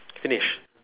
finished